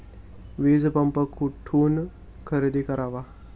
वीजपंप कुठून खरेदी करावा?